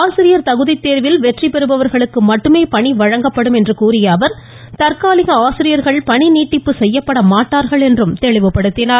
ஆசிரியர் தகுதித்தேர்வில் வெற்றி பெறுபவர்களுக்கு மட்டுமே பணி வழங்கப்படும் என்று கூறிய அவர் தற்காலிக ஆசிரியர்கள் பணிநீட்டிப்பு செய்யப்பட மாட்டார்கள் என்றும் தெளிவுபடுத்தினார்